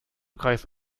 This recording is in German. kreis